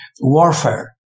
warfare